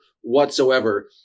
whatsoever